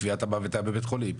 קביעת המוות הייתה בבית החולים,